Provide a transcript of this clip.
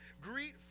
Greet